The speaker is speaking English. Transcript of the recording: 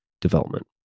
development